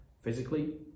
physically